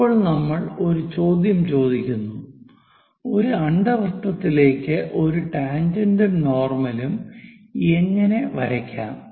ഇപ്പോൾ നമ്മൾ ഒരു ചോദ്യം ചോദിക്കുന്നു ഒരു അണ്ഡവൃത്തത്തിലേക്ക് ഒരു ടാൻജെന്റും നോർമലും എങ്ങനെ വരയ്ക്കാം